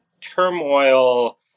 turmoil